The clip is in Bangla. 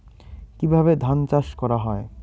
কিভাবে ধান চাষ করা হয়?